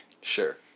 Sure